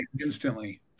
instantly